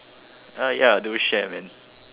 ah ya do share man